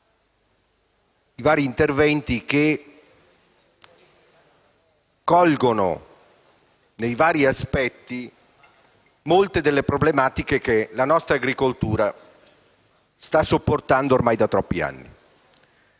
diversi interventi che colgono vari aspetti delle tante problematiche che la nostra agricoltura sta sopportando ormai da troppi anni.